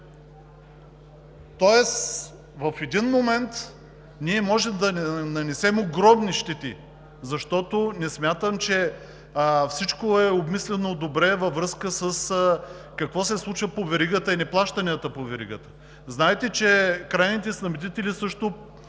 Тоест в един момент ние можем да нанесем огромни щети, защото не смятам, че всичко е обмислено добре във връзка с това какво се случва по веригата и неплащанията по веригата. Знаете, че крайните снабдители също